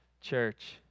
Church